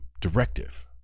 directive